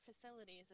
facilities